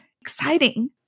exciting